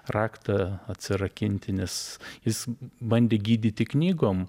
raktą atsirakinti nes jis bandė gydyti knygom